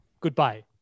Goodbye